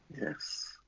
Yes